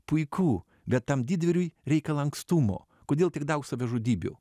puiku bet tam didvyriui reikia lankstumo kodėl tiek daug savižudybių